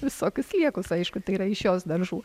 visokius sliekus aišku tai yra iš jos daržų